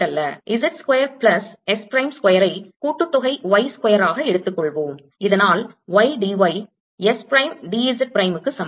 Z square plus S prime ஸ்கொயரை கூட்டுத்தொகை y square ஆக எடுத்துக்கொள்வோம் இதனால் y d y S prime d s prime க்கு சமம்